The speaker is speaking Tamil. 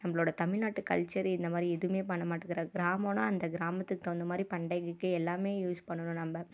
நம்பளோடய தமிழ்நாட்டு கல்ச்சர் இந்த மாதிரி எதுவுமே பண்ண மாட்டேக்கிறாங்க கிராமம்னா அந்த கிராமத்துக்கு தகுந்த மாதிரி பண்டிகைக்கு எல்லாமே யூஸ் பண்ணணும் நாம்